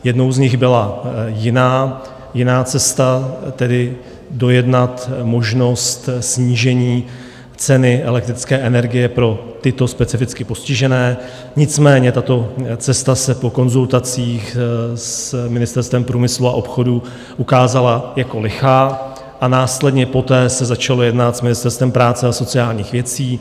Jednou z nich byla jiná cesta, tedy dojednat možnost snížení ceny elektrické energie pro tyto specificky postižené, nicméně tato cesta se po konzultacích s Ministerstvem průmyslu a obchodu ukázala jako lichá a následně poté se začalo jednat s Ministerstvem práce a sociálních věcí.